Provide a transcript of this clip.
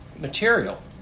material